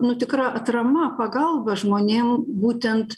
nu tikra atrama pagalba žmonėm būtent